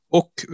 och